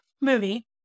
movie